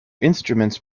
instruments